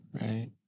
Right